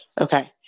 Okay